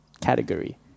category